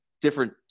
different